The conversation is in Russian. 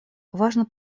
важно